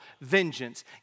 vengeance